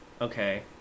Okay